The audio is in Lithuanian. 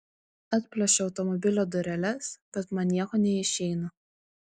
atplėšiu automobilio dureles bet man nieko neišeina